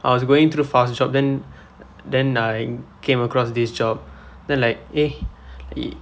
I was going through fast job then then I came across this job then like eh